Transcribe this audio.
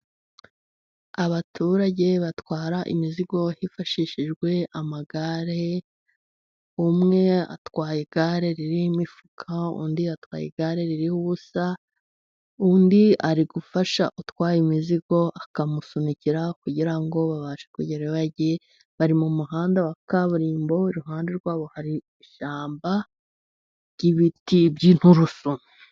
Abaturage batwara imizigo hifashishijwe amagare, umwe atwaye igare ririho imifuka, undi atwaye igare ririho ubusa. Undi ari gufasha utwaye imizigo akamusunikira, kugira ngo babashe kugera iyo bagiye . Bari mu muhanda wa kaburimbo, iruhande rwabo hari ishyamba ry'ibiti by'inturusu.